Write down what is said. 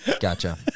Gotcha